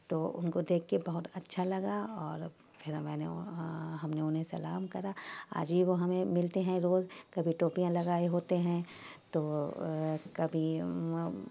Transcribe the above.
تو ان کو دیکھ کے بہت اچھا لگا اور پھر میں نے ہم نے انہیں سلام کرا آج بھی وہ ہمیں ملتے ہیں روز کبھی ٹوپیاں لگائے ہوتے ہیں تو کبھی